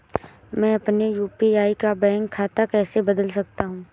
मैं अपने यू.पी.आई का बैंक खाता कैसे बदल सकता हूँ?